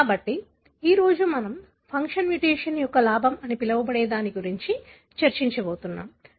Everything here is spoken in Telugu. కాబట్టి ఈ రోజు మనం ఫంక్షన్ మ్యుటేషన్ యొక్క లాభం అని పిలవబడే దాని గురించి చర్చించబోతున్నాం